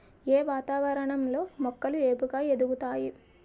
ఏ వాతావరణం లో మొక్కలు ఏపుగ ఎదుగుతాయి?